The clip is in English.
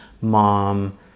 mom